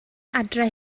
adre